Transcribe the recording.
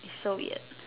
it's so weird